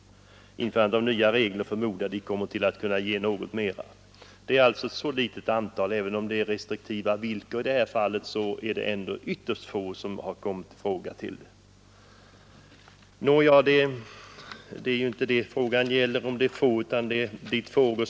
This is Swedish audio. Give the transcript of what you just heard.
Införandet av nya regler kommer, förmodar anstalten, att göra det möjligt för något fler att få sådan pension. Även om villkoren är restriktiva i det här fallet har ändå ytterst få varit intresserade. Här gäller det emellertid inte om tilläggspensionen skall avse få eller många personer.